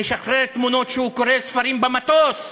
משחרר תמונות שהוא קורא ספרים במטוס.